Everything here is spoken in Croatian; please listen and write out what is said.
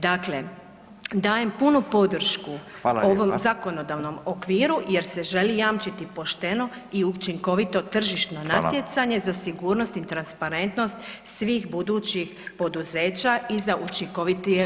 Dakle, dajem punu podršku [[Upadica: Hvala lijepa]] ovom zakonodavnom okviru jer se želi jamčiti pošteno i učinkovito [[Upadica: Hvala]] tržišno natjecanje za sigurnost i transparentnost svih budućih poduzeća i za učinkovitije